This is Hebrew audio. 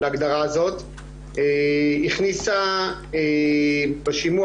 --- הכניסה בשימוע,